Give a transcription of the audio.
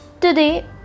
Today